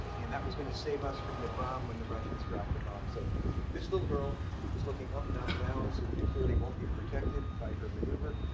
and that was going to save us from the bomb when the russians dropped the bomb. so this little girl is looking up, not down, so she clearly won't be protected by her maneuver.